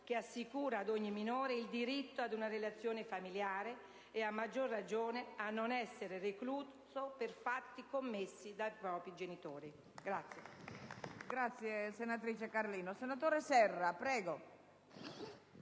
che assicura ad ogni minore il diritto ad una relazione familiare e, a maggior ragione, a non essere recluso per fatti commessi dai propri genitori.